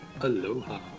Aloha